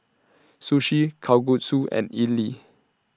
Sushi Kalguksu and Idili